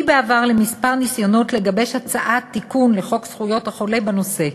בעבר לכמה ניסיונות לגבש הצעת תיקון לחוק זכויות החולה בנושא.